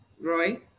Roy